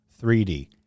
3D